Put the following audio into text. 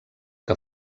que